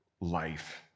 life